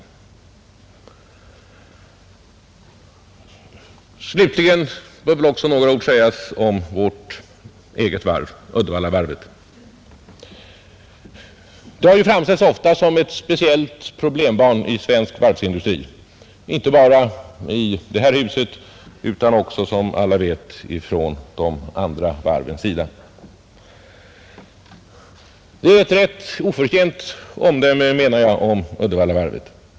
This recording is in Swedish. Slutligen bör väl också några ord sägas om vårt eget varv — Uddevallavarvet. Det har ofta framställts som ett speciellt problembarn i svensk varvsindustri, inte bara i detta hus utan också, som alla vet, från de andra varvens sida. Det är ett rätt oförtjänt omdöme om Uddevallavarvet, menar jag.